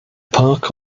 park